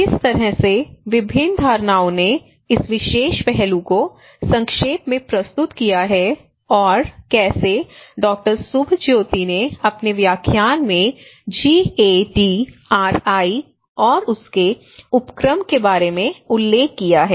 किस तरह से विभिन्न धारणाओं ने इस विशेष पहलू को संक्षेप में प्रस्तुत किया है और कैसे डॉ सुभज्योति ने अपने व्याख्यान में जीएडीआरआई और उसके उपक्रम के बारे में उल्लेख किया है